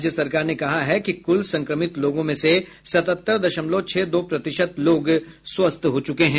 राज्य सरकार ने कहा है कि कुल संक्रमित लोगों में से सतहत्तर दशमलव छह दो प्रतिशत लोग स्वस्थ हो चुके हैं